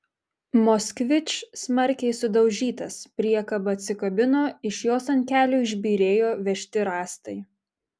moskvič smarkiai sudaužytas priekaba atsikabino iš jos ant kelio išbyrėjo vežti rąstai